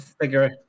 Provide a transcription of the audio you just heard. figure